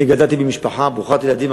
אני גדלתי במשפחה ברוכת ילדים,